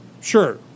sure